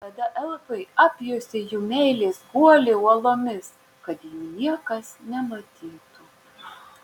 tada elfai apjuosė jų meilės guolį uolomis kad jų niekas nematytų